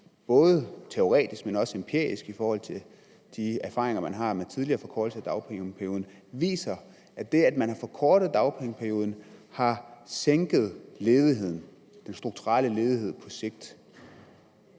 både teoretisk og empirisk i forhold til de erfaringer, man har med tidligere forkortelser af dagpengeperioden, viser sig, at det, at man forkorter dagpengeperioden, sænker den strukturelle ledighed på sigt,